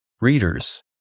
readers